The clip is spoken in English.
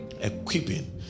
Equipping